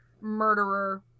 murderer